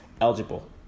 eligible